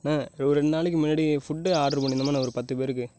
அண்ணே ஒரு ரெண்டு நாளைக்கு முன்னாடி ஃபுட்டு ஆர்டர் பண்ணியிருந்தோம்லண்ணே ஒரு பத்து பேருக்கு